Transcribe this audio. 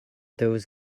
those